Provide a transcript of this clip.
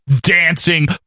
dancing